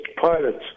pilots